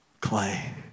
clay